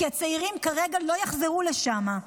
כי הצעירים כרגע לא יחזרו לשם,